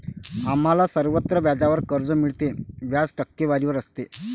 आम्हाला सर्वत्र व्याजावर कर्ज मिळते, व्याज टक्केवारीवर असते